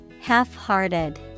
Half-hearted